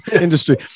industry